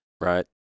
Right